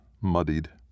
muddied